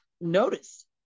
notice